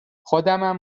خودمم